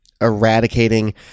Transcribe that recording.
eradicating